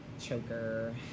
choker